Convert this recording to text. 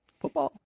Football